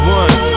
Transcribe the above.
one